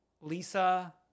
Lisa